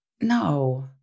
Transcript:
No